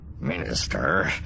-"Minister